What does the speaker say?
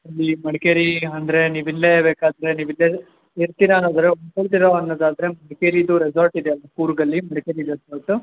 ಇಲ್ಲಿ ಮಡಿಕೇರಿ ಅಂದರೆ ನೀವಿಲ್ಲೇ ಬೇಕಾದರೆ ನೀವಿಲ್ಲೇ ಇರ್ತೀರ ಅಂದರೆ ಅನ್ನೋದಾದರೆ ಮಡಿಕೇರಿದು ರೆಸಾರ್ಟಿದೆ ಅಲ್ಲಿ ಕೂರ್ಗಲ್ಲಿ ಮಡಿಕೇರಿ ರೆಸಾರ್ಟು